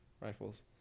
rifles